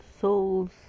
souls